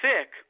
sick